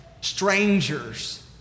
Strangers